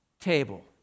table